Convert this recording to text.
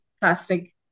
plastic